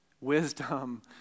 Wisdom